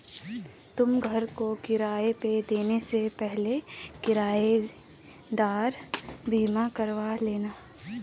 तुम घर को किराए पे देने से पहले किरायेदार बीमा करवा लेना